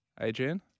Adrian